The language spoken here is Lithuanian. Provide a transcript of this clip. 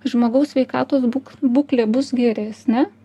žmogaus sveikatos būk būklė bus geresnė